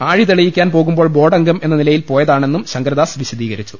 ആഴി തെളിയിക്കാൻ പോകുമ്പോൾ ബോർഡംഗം എന്ന നിലയിൽ പോയതാണെന്നും ശങ്കരദാസ് വിശദീകരിച്ചു